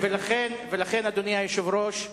לכן, אדוני היושב-ראש,